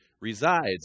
resides